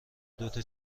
دوتا